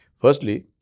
Firstly